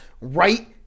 right